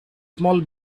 small